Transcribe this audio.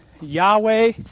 Yahweh